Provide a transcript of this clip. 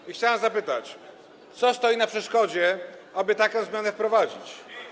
I chciałem zapytać, co stoi na przeszkodzie, aby taką zmianę wprowadzić.